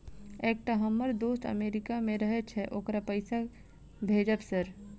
एकटा हम्मर दोस्त अमेरिका मे रहैय छै ओकरा पैसा भेजब सर?